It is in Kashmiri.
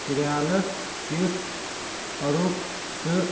کرالہٕ کِس اَڈُک تہٕ